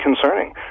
concerning